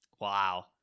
Wow